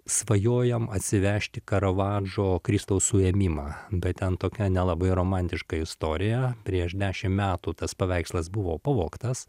svajojom atsivežti karavadžo kristaus suėmimą bet ten tokia nelabai romantiška istorija prieš dešim metų tas paveikslas buvo pavogtas